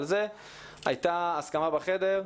על כך הייתה הסכמה בחדר.